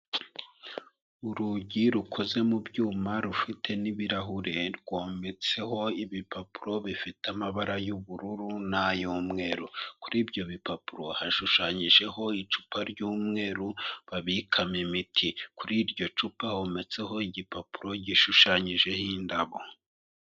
Urugi rukoze mu byuma, rufite n'ibirahure. Rwometseho ibipapuro bifite amabara y'ubururu n'ay'umweru. Kuri ibyo bipapuro, hashushanyijeho icupa ry'umweru, babikama imiti. Kuri iryo cupa, hometseho igipapuro gishushanyijeho indabo.